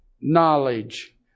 knowledge